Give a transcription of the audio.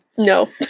No